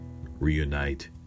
reunite